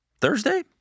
Thursday